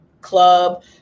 club